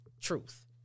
truth